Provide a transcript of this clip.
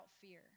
fear